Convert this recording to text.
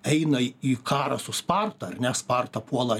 eina į karą su sparta ar ne sparta puola